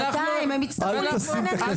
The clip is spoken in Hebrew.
עוד שנתיים הם יצטרכו להתחנן מחדש.